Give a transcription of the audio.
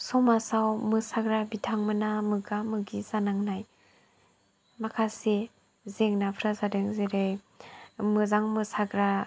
समाजआव मोसाग्रा बिथां मोनहा मोगा मोगि जानांनाय माखासे जेंनाफ्रा जादों जेरै मोजां मोसाग्रा